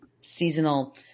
seasonal